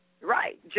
Right